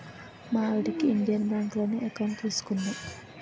మా ఆవిడకి ఇండియన్ బాంకులోనే ఎకౌంట్ తీసుకున్నా